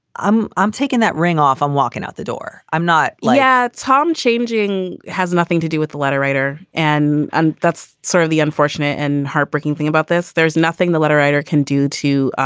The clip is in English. i'm i'm taking that ring off. i'm walking out the door i'm not look yeah at tom. changing has nothing to do with the letter writer. and and that's sort of the unfortunate and heartbreaking thing about this. there's nothing the letter writer can do to